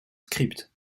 script